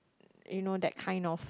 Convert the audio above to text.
you know that kind of